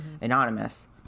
anonymous